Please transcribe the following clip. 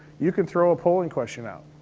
you can throw a polling question out,